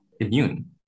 immune